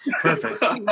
Perfect